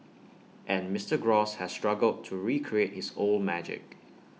and Mister gross has struggled to recreate his old magic